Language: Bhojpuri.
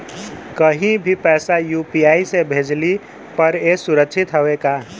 कहि भी पैसा यू.पी.आई से भेजली पर ए सुरक्षित हवे का?